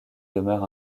demeure